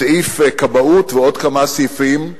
בסעיף כבאות ועוד כמה סעיפים,